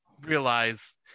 realize